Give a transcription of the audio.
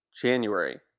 January